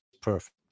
perfect